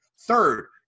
Third